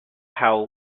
how